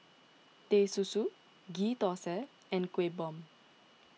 Teh Susu Ghee Thosai and Kuih Bom